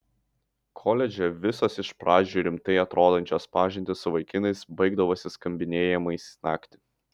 koledže visos iš pradžių rimtai atrodančios pažintys su vaikinais baigdavosi skambinėjimais naktį